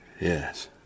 Yes